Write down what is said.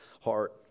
heart